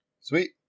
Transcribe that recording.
Sweet